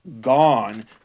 gone